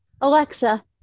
alexa